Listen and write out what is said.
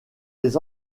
les